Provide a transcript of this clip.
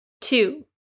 two